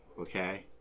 Okay